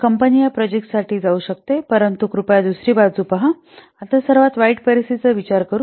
तर कंपनी या प्रोजेक्टसाठी जाऊ शकते परंतु कृपया दुसरी बाजू पहा आपण आता सर्वात वाईट परिस्थितीचा विचार करू